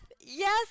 Yes